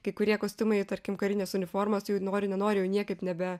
kai kurie kostiumai tarkim karinės uniformos jų nori nenori jau niekaip nebe